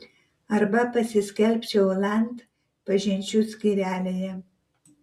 arba pasiskelbčiau land pažinčių skyrelyje